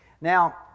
Now